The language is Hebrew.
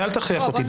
ואל תכריח אותי,